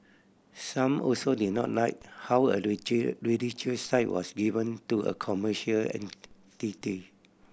some also did not like how a religious site was given to a commercial entity